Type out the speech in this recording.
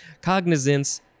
cognizance